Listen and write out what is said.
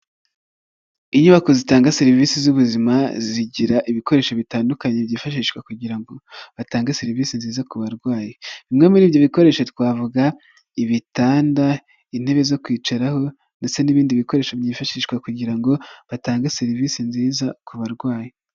Inyubako zitanga serivisi z'ubuzima zigira ibikoresho bitandukanye byifashishwa kugira ngo batange serivisi nziza ku barwayi, bimwe muri ibyo bikoresho twavuga ibitanda, intebe zo kwicaraho ndetse n'ibindi bikoresho byifashishwa kugira ngo batange serivisi nziza ku barwayi.